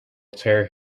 tear